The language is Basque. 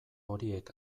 horiek